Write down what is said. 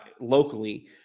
locally